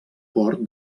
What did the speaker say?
port